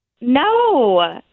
No